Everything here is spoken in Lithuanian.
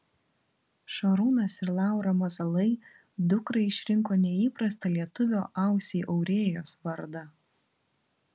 šarūnas ir laura mazalai dukrai išrinko neįprastą lietuvio ausiai aurėjos vardą